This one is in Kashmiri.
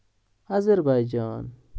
اظہر بھائی جان